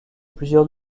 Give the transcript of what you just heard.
plusieurs